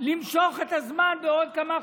למשוך את הזמן בעוד כמה חודשים,